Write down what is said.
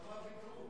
על מה ויתרו?